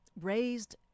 raised